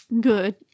good